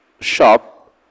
shop